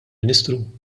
ministru